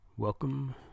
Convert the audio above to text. Welcome